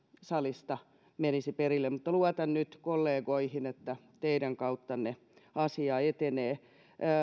salista menisi perille mutta luotan nyt kollegoihin että teidän kauttanne asia etenee